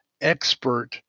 expert